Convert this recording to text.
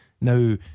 Now